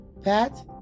Pat